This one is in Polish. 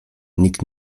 nikt